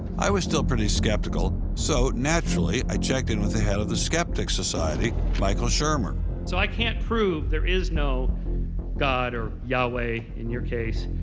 i was still pretty skeptical, so naturally i checked in with the head of the skeptics society, michael shermer. so i can't prove there is no god, or yahweh in your case,